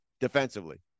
defensively